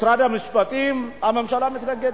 משרד המשפטים, הממשלה מתנגדת.